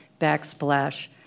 backsplash